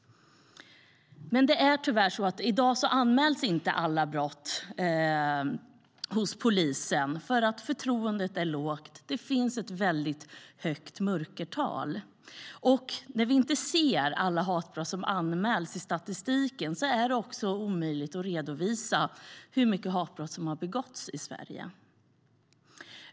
Det är dock långt ifrån alla brott som anmäls till polisen, för förtroendet är lågt. Det finns ett stort mörkertal. När hatbrott inte syns i statistiken är det omöjligt att redovisa hur mycket hatbrott som har begåtts i Sverige.